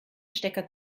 stecker